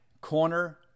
corner